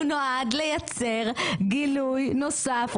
הוא נועד לייצר גילוי נוסף,